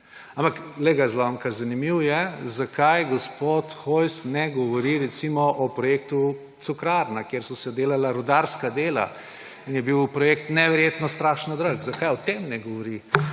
Ampak glej ga zlomka, zanimivo je, zakaj gospod Hojs ne govori recimo o projektu Cukrarna, kjer so se delala rudarska dela in je bil projekt neverjetno drag. Zakaj o tem ne govori?